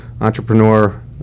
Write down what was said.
entrepreneur